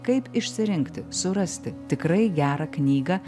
kaip išsirinkti surasti tikrai gerą knygą